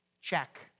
Check